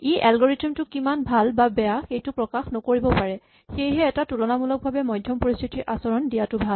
ই algorithm টো কিমান ভাল বা বেয়া সেইটো প্ৰকাশ নকৰিব পাৰে সেয়েহে এটা তুলনামূলকভাৱে মধ্যম পৰিস্হিতিৰ আচৰণ দিয়াটো ভাল